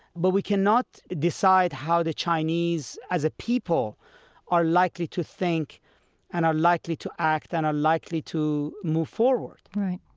but we cannot decide how the chinese as a people are likely to think and are likely to act and are likely to move forward right.